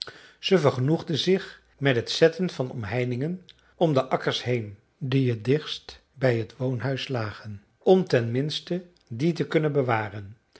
zij vergenoegden zich met het zetten van omheiningen om de akkers heen die het dichtst bij het woonhuis lagen om ten minste die te kunnen bewaren